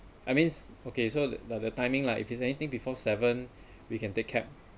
I mean it's okay so that the timing lah if it's anything before seven we can take cab